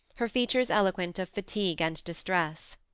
her features eloquent of fatigue and distress.